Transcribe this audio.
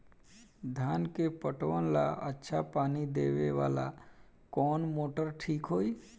धान के पटवन ला अच्छा पानी देवे वाला कवन मोटर ठीक होई?